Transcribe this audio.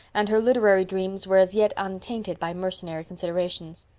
and her literary dreams were as yet untainted by mercenary considerations.